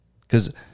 Because-